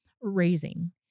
raising